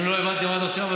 אם לא הבנתם עד עכשיו,